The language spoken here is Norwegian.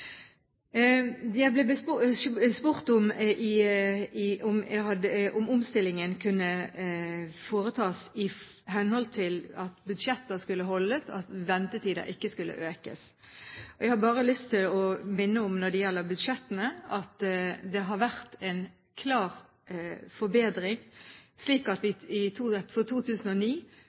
Jeg ble spurt om omstillingen kunne foretas i henhold til at budsjetter skulle holdes og at ventetider ikke skulle økes. Jeg har bare lyst til å minne om når det gjelder budsjettene, at det har vært en klar forbedring, slik at for 2009 var helseforetakene i økonomisk balanse. Det er det sikreste og det beste utgangspunkt for